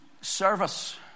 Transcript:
service